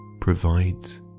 provides